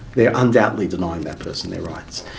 they're undoubtedly denying that person their rights.